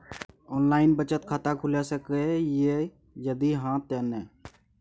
Online बचत खाता खुलै सकै इ, यदि हाँ त केना?